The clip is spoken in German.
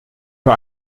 für